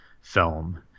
film